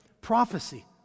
prophecy